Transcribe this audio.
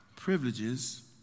privileges